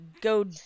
go